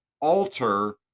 alter